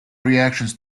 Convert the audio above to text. reactions